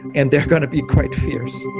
and they are going to be quite fierce.